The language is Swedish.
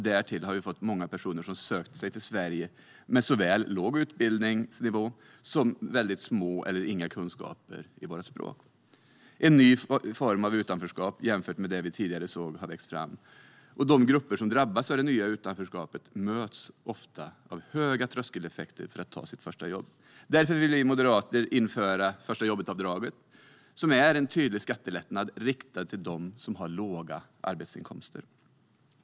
Därtill har många personer sökt sig till Sverige med såväl låg utbildningsnivå som små eller inga kunskaper i vårt språk. Det är en ny form av utanförskap jämfört med det vi tidigare såg som har växt fram, och de grupper som drabbas av det nya utanförskapet möts ofta av höga tröskeleffekter när de ska ta sitt första jobb. Därför vill vi moderater införa förstajobbetavdraget, som är en tydlig skattelättnad riktad till dem som har låga arbetsinkomster.